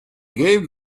gave